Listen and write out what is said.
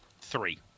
Three